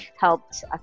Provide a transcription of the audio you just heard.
helped